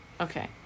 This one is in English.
Okay